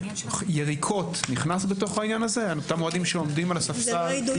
האם יריקות על אותם אוהדים שעומדים על ספסל נכנס בתוך העניין הזה?